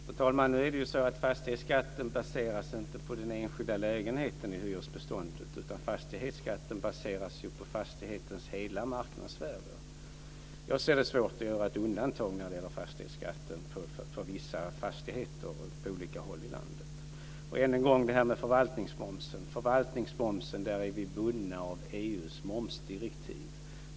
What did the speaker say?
Fru talman! Fastighetsskatten baseras inte på den enskilda lägenheten i hyresbeståndet, utan på fastighetens hela marknadsvärde. Jag anser att det är svårt att göra ett undantag när det gäller fastighetsskatten för vissa fastigheter på olika håll i landet. När det gäller förvaltningsmomsen vill jag än en gång säga att vi är bundna av EU:s momsdirektiv.